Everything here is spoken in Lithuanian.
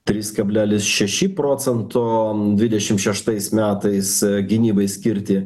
trys kablelis šeši procento dvidešimt šeštais metais gynybai skirti